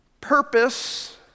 purpose